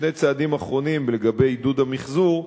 ושני צעדים אחרונים לגבי עידוד המיחזור: